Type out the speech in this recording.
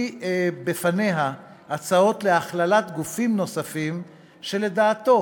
בפניה הצעות להכללת גופים נוספים שלדעתו